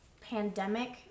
pandemic